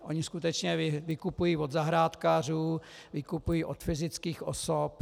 Oni skutečně vykupují od zahrádkářů, vykupují od fyzických osob.